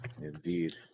Indeed